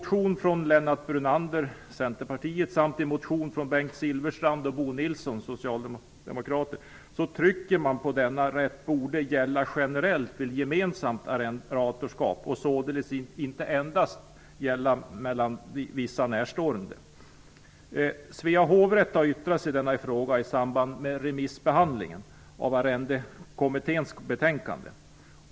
Silfverstrand och Bo Nilsson understryker man att denna rätt borde gälla generellt vid gemensamt arrendatorskap, således inte endast mellan vissa närstående. Svea hovrätt har yttrat sig i denna fråga i samband med remissbehandlingen av Arrendekommitténs betänkande.